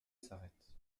s’arrête